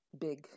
big